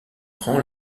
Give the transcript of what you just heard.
prend